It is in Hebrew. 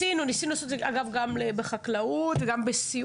ניסנו לעשות את זה גם בחקלאות, גם בסיעוד.